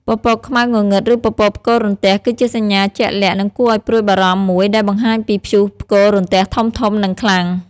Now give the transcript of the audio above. ពពកខ្មៅងងឹត ឬពពកផ្គររន្ទះ គឺជាសញ្ញាជាក់លាក់ និងគួរឱ្យព្រួយបារម្ភមួយដែលបង្ហាញពីព្យុះផ្គររន្ទះធំៗ និងខ្លាំង។